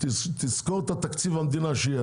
תזכור את תקציב המדינה שיהיה.